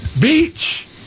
beach